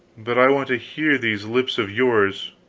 but i want to hear these lips of yours,